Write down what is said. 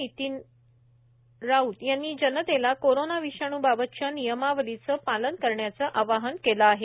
नितीन राऊत यांनी जनतेला कोरोना विषाणू बाबतच्या नियमावलीचे पालन करण्याचे आवाहन केले आहे